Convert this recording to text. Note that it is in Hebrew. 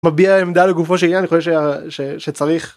מביא עמדה לגופו שלי, אני חושב שצריך.